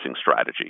strategy